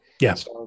Yes